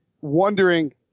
wondering